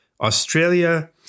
Australia